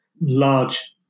large